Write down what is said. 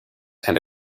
and